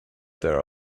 there